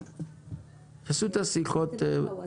במרחב המרכז הוא אותה דירה של 60 עד 80 מ"ר,